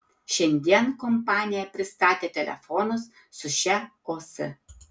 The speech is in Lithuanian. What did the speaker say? šiandien kompanija pristatė telefonus su šia os